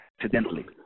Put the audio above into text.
accidentally